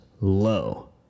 low